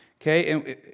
Okay